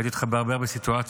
ראיתי אותך בהרבה הרבה סיטואציות.